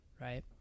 right